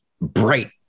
bright